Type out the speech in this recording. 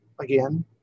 again